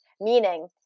Meaning